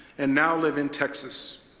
and now live in texas.